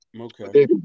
Okay